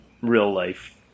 real-life